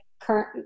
current